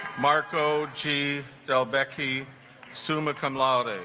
marco g del becky summa cum laude